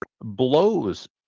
blows